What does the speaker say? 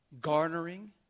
garnering